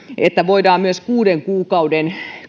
voidaan käyttää myös kuuden kuukauden